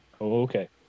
Okay